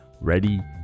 Ready